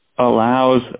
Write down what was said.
allows